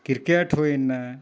cricket ᱦᱩᱭᱱᱟ